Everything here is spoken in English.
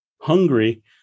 hungry